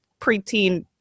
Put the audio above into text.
preteen